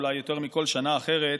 אולי יותר מכל שנה אחרת,